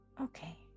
Okay